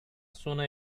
sona